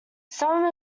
some